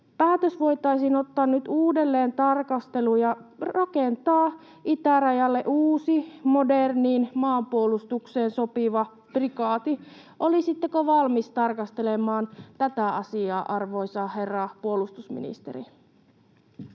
Päätös voitaisiin ottaa nyt uudelleen tarkasteluun ja rakentaa itärajalle uusi moderniin maanpuolustukseen sopiva prikaati. Olisitteko valmis tarkastelemaan tätä asiaa, arvoisa herra puolustusministeri?